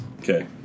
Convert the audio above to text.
Okay